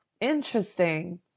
Interesting